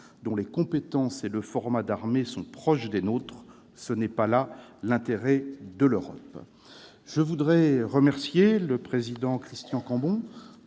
dont les compétences et le format d'armée sont proches des nôtres. Là n'est pas l'intérêt de l'Europe. Pour terminer, je voudrais remercier le président Christian Cambon